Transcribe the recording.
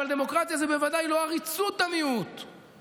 אבל דמוקרטיה היא בוודאי לא עריצות המיעוט,